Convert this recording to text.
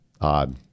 odd